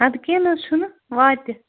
اَدٕ کیٚنٛہہ نہٕ حظ چھُنہٕ واتہِ